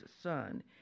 son